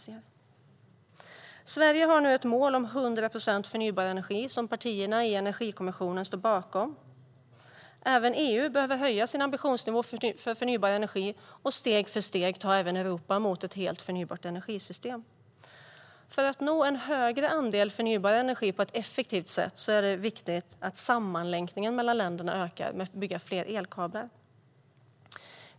Sverige har nu ett mål om 100 procent förnybar energi som partierna i Energikommissionen står bakom. Även EU behöver höja sin ambitionsnivå för förnybar energi. Steg för steg går Europa mot ett helt förnybart energisystem. För att nå en högre andel förnybar energi på ett effektivt sätt är det viktigt att sammanlänkningen mellan länderna ökar genom att man bygger fler elkablar.